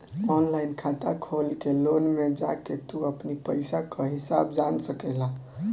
online खाता खोल के लोन में जाके तू अपनी पईसा कअ हिसाब जान सकेला